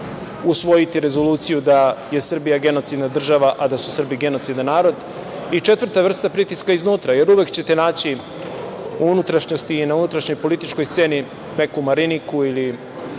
usvojiti rezoluciju da je Srbija genocidna država, a da su Srbi genocidan narod. Četvrta vrsta pritiska iznutra, jer uvek ćete naći unutrašnjosti i na unutrašnjoj političkoj sceni neku Mariniku ili